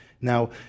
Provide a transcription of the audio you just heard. now